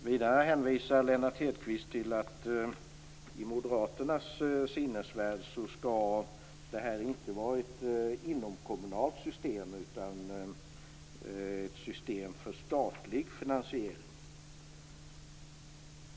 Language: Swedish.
Dessutom hänvisar Lennart Hedquist till att det här i moderaternas sinnesvärld inte skall vara ett inomkommunalt system utan ett system för statlig finansiering.